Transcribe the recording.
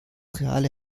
reale